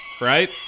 right